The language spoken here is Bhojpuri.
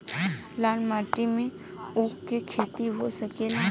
लाल माटी मे ऊँख के खेती हो सकेला?